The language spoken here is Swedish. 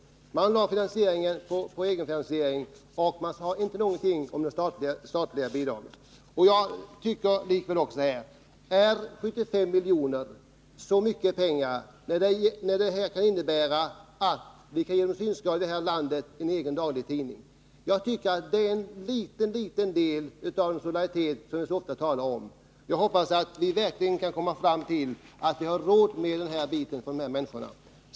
Man räknade med egenfinansiering och sade ingenting om det statliga bidraget. Är 75 milj.kr. så mycket pengar när resultatet skulle bli att de synskadade i landet kunde få en egen daglig tidning? Jag tycker att detta skulle vara att visa något litet av den solidaritet som vi så ofta talar om. Jag hoppas att vi verkligen kan komma fram till att vi har råd med detta för de här människorna.